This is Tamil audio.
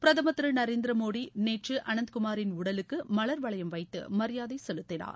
பிரதமர் திரு நரேந்திர மோடி நேற்று அனந்த்குமாரின் உடலுக்கு மலர் வளையம் வைத்து மரியாதை செலுத்தினார்